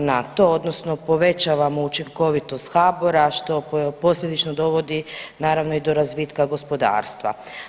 na to odnosno povećamo učinkovitost HBOR-a što posljedično dovodi naravno i do razvitka gospodarstva.